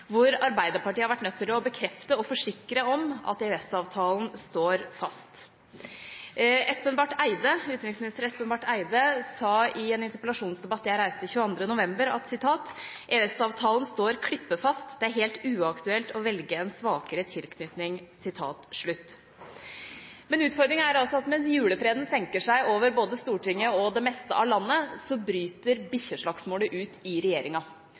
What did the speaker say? hvor Arbeiderpartiet har vært nødt til å bekrefte og forsikre om at EØS-avtalen står fast. Utenriksminister Espen Barth Eide sa i en interpellasjonsdebatt jeg reiste 22. november, at «EØS-avtalen står klippefast», og at «det er helt uaktuelt å velge en svakere tilknytning». Utfordringen er at mens julefreden senker seg over både Stortinget og det meste av landet, så bryter bikkjeslagsmålet ut i regjeringa.